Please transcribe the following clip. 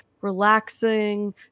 relaxing